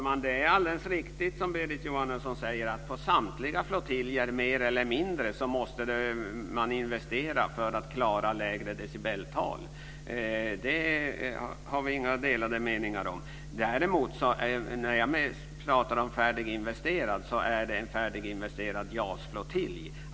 Fru talman! Vad Berit Jóhannesson säger är alldeles riktigt - att på samtliga flottiljer måste man investera mer eller mindre mycket för att klara lägre decibeltal. Det har vi inga delade meningar om. När jag pratar om färdiginvesterat gäller det en färdiginvesterad JAS-flottilj.